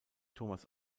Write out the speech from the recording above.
thomas